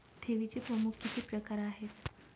ठेवीचे प्रमुख किती प्रकार आहेत?